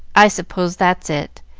i suppose that's it.